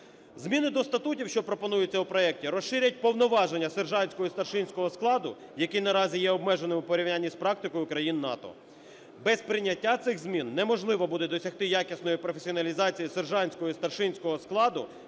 Зміни до статутів, що пропонуються в проекті, розширять повноваження сержантського і старшинського складу, які наразі є обмеженими в порівнянні з практикою країн НАТО. Без прийняття цих змін неможливо буде досягти якісної професіоналізації сержантського і старшинського складу,